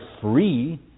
free